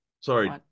sorry